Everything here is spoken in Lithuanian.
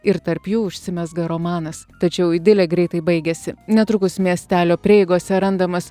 ir tarp jų užsimezga romanas tačiau idilė greitai baigiasi netrukus miestelio prieigose randamas